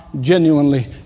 genuinely